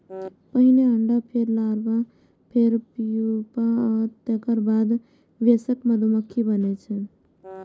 पहिने अंडा, फेर लार्वा, फेर प्यूपा आ तेकर बाद वयस्क मधुमाछी बनै छै